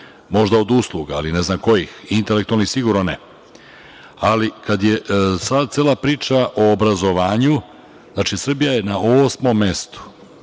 Možda od usluga ali ne znam kojih, intelektualnih sigurno ne. Kad je sad cela priča o obrazovanju, znači Srbija je na osmom mestu